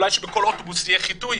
אולי שבכל אוטובוס יהיה חיטוי?